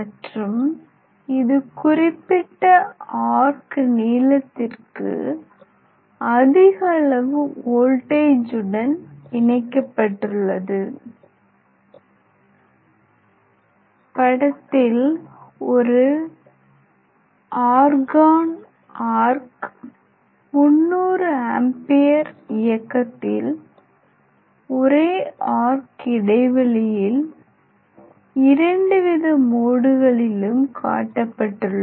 மற்றும் இது குறிப்பிட்ட ஆர்க் நீளத்திற்கு அதிகளவு வோல்ட்டேஜ் உடன் இணைக்கப்பட்டுள்ளது படத்தில் ஒரு ஆர்கான் ஆர்க் 300 ஆம்பியர் இயக்கத்தில் ஒரே ஆர்க் இடைவெளியில் இரண்டு வித மோடுகளிலும் காட்டப்பட்டுள்ளது